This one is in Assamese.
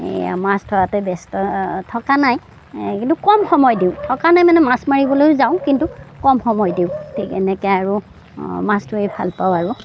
মাছ ধৰাতে ব্য়স্ত থকা নাই কিন্তু কম সময় দিওঁ থকা নাই মানে মাছ মাৰিবলৈও যাওঁ কিন্তু কম সময় দিওঁ ঠিক এনেকে আৰু মাছ ধৰি ভালপাওঁ আৰু